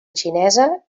xinesa